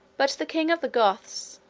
but the king of the goths,